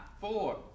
four